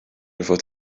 fod